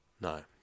No